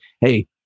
hey